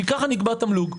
כי ככה נקבע תמלוג.